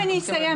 רק אני אסיים.